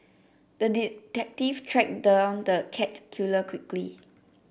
the detective tracked down the cat killer quickly